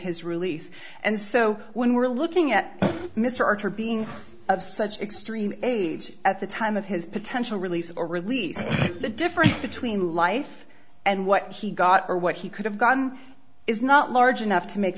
his release and so when we're looking at mr archer being of such extreme age at the time of his potential release or release the difference between life and what he got or what he could have gotten is not large enough to make